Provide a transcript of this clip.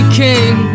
king